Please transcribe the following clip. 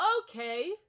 Okay